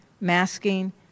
masking